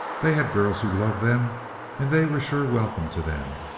they had girls who loved them and they were sure welcome to them.